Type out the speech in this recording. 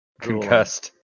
Concussed